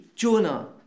Jonah